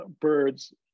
birds